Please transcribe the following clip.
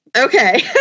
okay